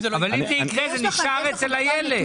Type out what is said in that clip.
אבל אם זה יקרה, זה נשאר אצל הילד.